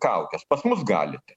kaukės pas mus galite